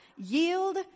Yield